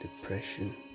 depression